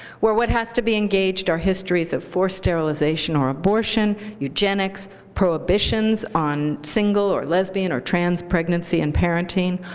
where what has to be engaged are histories of forced sterilization or abortion, eugenics, prohibitions on single or lesbian or trans pregnancy and parenting,